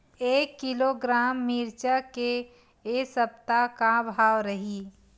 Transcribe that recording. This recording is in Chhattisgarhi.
एक किलोग्राम मिरचा के ए सप्ता का भाव रहि?